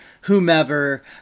whomever